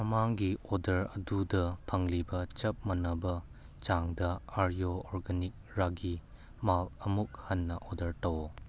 ꯃꯃꯥꯡꯒꯤ ꯑꯣꯔꯗꯔ ꯑꯗꯨꯗ ꯐꯪꯂꯤꯕ ꯆꯞ ꯃꯥꯟꯅꯕ ꯆꯥꯡꯗ ꯑꯔꯤꯌꯣ ꯑꯣꯔꯒꯥꯅꯤꯛ ꯔꯥꯒꯤ ꯃꯥꯜ ꯑꯃꯨꯛ ꯍꯟꯅ ꯑꯣꯔꯗꯔ ꯇꯧ